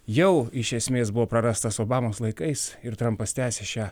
jau iš esmės buvo prarastas obamos laikais ir trampas tęsia šią